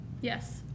Yes